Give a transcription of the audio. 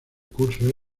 curso